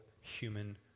human